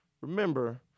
Remember